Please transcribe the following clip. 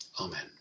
Amen